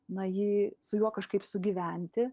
na jį su juo kažkaip sugyventi